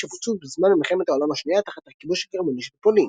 שבוצעו בזמן מלחמת העולם השנייה תחת הכיבוש הגרמני של פולין.